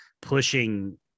pushing